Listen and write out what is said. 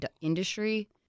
industry